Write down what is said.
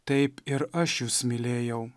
taip ir aš jus mylėjau